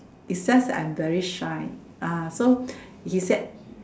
it's just that I'm very shy ah so he set